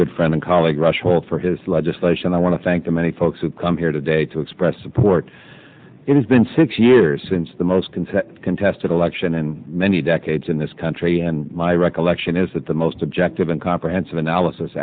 good friend and colleague rush holt for his legislation i want to thank the many folks who come here today to express support it has been six years since the most content contested election in many decades in this country and my recollection is that the most objective and comprehensive analysis